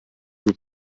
vous